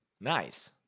Nice